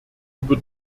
über